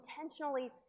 intentionally